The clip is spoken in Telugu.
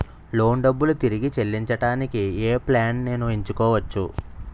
లోన్ డబ్బులు తిరిగి చెల్లించటానికి ఏ ప్లాన్ నేను ఎంచుకోవచ్చు?